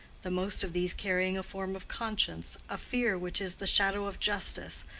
the most of these carrying a form of conscience a fear which is the shadow of justice,